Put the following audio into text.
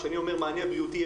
כשאני אומר מענה בריאותי,